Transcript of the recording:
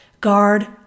guard